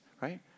right